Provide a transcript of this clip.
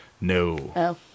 No